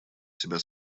себя